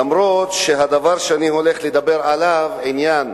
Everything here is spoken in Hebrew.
אף-על-פי שהדבר שאני הולך לדבר עליו, עניין